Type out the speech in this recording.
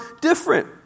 different